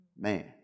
Man